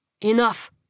Enough